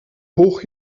hoch